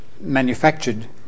manufactured